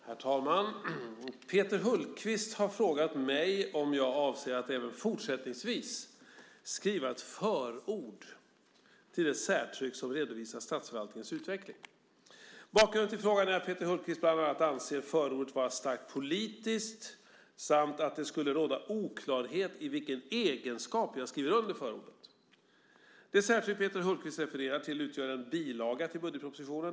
Herr talman! Peter Hultqvist har frågat mig om jag avser att även fortsättningsvis skriva ett förord till det särtryck som redovisar statsförvaltningens utveckling. Bakgrunden till frågan är att Peter Hultqvist bland annat anser förordet vara starkt politiskt samt att det skulle råda oklarhet i vilken egenskap jag skriver under förordet. Det särtryck Peter Hultqvist refererar till utgör en bilaga till budgetpropositionen.